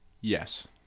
Yes